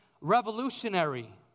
revolutionary